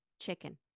Chicken